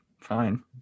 Fine